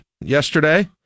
yesterday